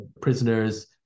prisoners